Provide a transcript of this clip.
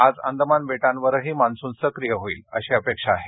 आज अंदमान बेटांवरही मान्सून सक्रीय होईल अशी अपेक्षा आहे